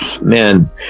man